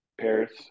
Paris